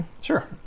Sure